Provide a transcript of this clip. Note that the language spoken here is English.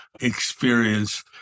experience